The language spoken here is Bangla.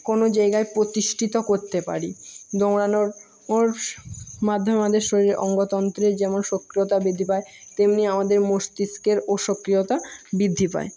কোনো জায়গায় প্রতিষ্ঠিত করতে পারি দৌড়ানোর ওর মাধ্যমে আমাদের শরীরে অঙ্গতন্ত্রের যেমন সক্রিয়তা বৃদ্ধি পায় তেমনি আমাদের মস্তিষ্কেরও সক্রিয়তা বৃদ্ধি পায়